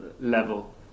level